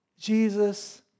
Jesus